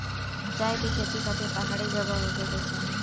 चाय के खेती खातिर पहाड़ी जगह होखे के चाही